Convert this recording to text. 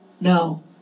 no